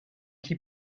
qui